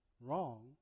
wrong